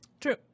True